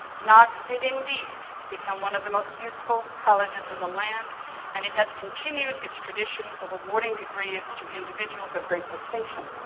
knox did indeed become one of the most useful colleges in the land and it has continued its tradition of awarding awarding degrees to individuals of great distinction.